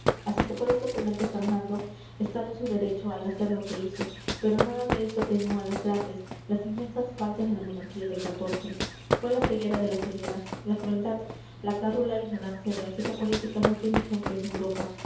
hasta se puede sostener que fernando estaba en su derecho al hacer lo que hizo pero nada de esto atenúa las grandes las inmensas faltas de la monarquía del fue la ceguera de las cegueras la crueldad la gárrula ignorancia de aquella política no tiene ejemplo en europa